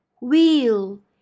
wheel